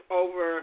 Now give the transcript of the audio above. over